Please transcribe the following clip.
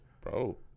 Bro